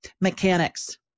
mechanics